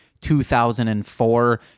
2004